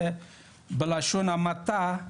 זה בלשון המעטה,